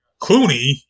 Clooney